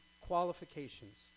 qualifications